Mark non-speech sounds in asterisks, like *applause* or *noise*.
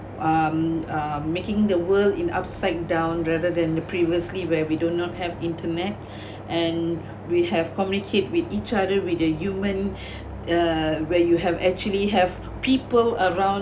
um uh making the world in upside down rather than the previously where we do not have internet *breath* and we have communicated with each other with the human *breath* uh where you have actually have people around